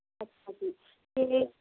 ਅੱਛਾ ਜੀ ਅਤੇ